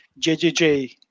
JJJ